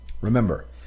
Remember